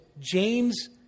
James